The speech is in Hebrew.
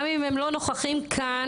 גם אם הם לא נוכחים כאן,